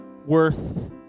worth